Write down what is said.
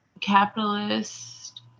capitalist